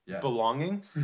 belonging